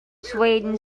sweden